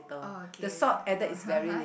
oh okay I don't